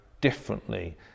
differently